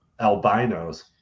albinos